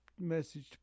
message